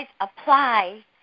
apply